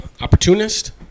opportunist